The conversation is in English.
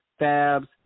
Fabs